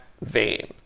vein